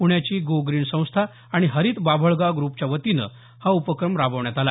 पुण्याची go green संस्था आणि हरीत बाभळगाव ग्र्पच्यावतीनं हा उपक्रम राबवण्यात आला